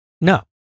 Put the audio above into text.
No